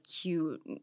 cute